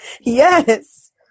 Yes